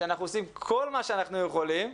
שאנחנו עושים כל מה שאנחנו יכולים,